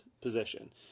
position